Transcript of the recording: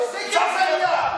תפסיק עם זה.